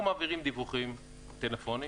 אנחנו מעבירים דיווחים, טלפונים